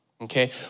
Okay